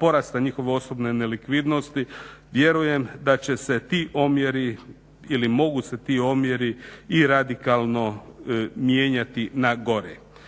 porasta njihove osobne nelikvidnosti vjerujem da će se ti omjeri ili mogu se ti omjeri i radikalno mijenjati na gore.